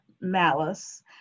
Malice